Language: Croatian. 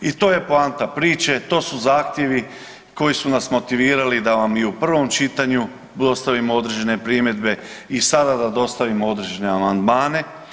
I to je poanta priče, to su zahtjevi koji su nas motivirali da vam i u prvom čitanju dostavimo određene primjedbe i sada da dostavimo određene amandmane.